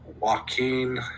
Joaquin